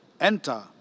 enter